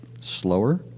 slower